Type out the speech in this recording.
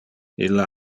illa